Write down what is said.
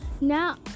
now